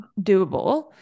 doable